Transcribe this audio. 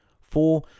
Four